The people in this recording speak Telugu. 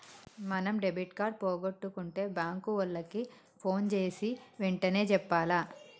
మనం డెబిట్ కార్డు పోగొట్టుకుంటే బాంకు ఓళ్ళకి పోన్ జేసీ ఎంటనే చెప్పాల